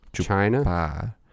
China